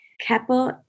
Keppel